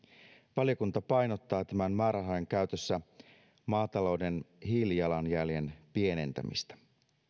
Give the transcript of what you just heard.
valiokunta painottaa tämän määrärahan käytössä maatalouden hiilijalanjäljen pienentämistä